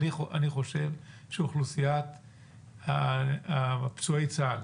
אני חושב שאוכלוסיית פצועי צה"ל